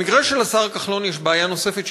במקרה של השר כחלון יש בעיה נוספת,